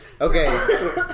Okay